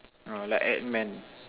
no like Ant man